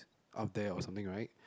up there or something right